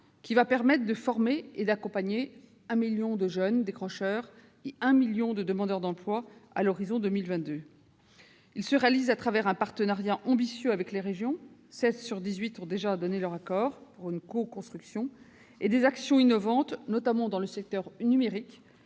il va permettre de former et d'accompagner un million de jeunes décrocheurs et un million de demandeurs d'emploi à l'horizon 2022. Il se réalise à travers un partenariat ambitieux avec les régions- sept sur dix-huit ont déjà donné leur accord pour une coconstruction -et des actions innovantes, notamment dans le secteur du numérique,